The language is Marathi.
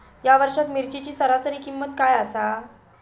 या वर्षात मिरचीची सरासरी किंमत काय आसा?